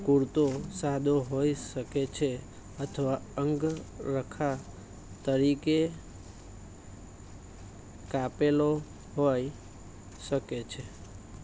કુર્તો સાદો હોઈ શકે છે અથવા અંગરખા તરીકે કાપેલો હોય શકે છે